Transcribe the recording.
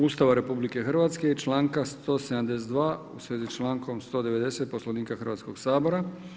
Ustava RH i članka 172. u svezi s člankom 190 Poslovnika Hrvatskog sabora.